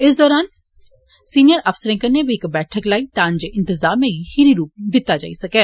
इस दौरान सिनियर अफसरें कन्नै बी इक बैठक लाई ता जे इन्तजामें गी खीरी रूप दित्ता जाई सकै